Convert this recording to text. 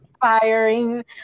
firing